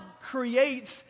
creates